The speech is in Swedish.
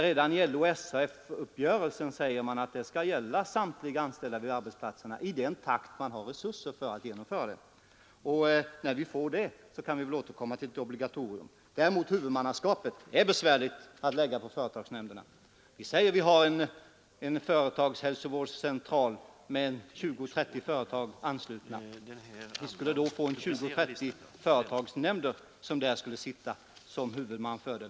Redan i LO-SAF-uppgörelsen säger man att det skall gälla samtliga anställda vid arbetsplatserna i den takt man har resurser för att genomföra den. När vi får sådana kan vi ju återkomma till frågan om ett obligatorium. Men huvudmannaskapet är besvärligt att lägga på företagsnämnderna. Vid t.ex. en företagshälsovårdscentral med 20—30 företag anslutna, skulle det bli 20-30 företagsnämnder som skulle sitta som huvudman.